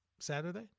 Saturday